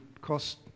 cost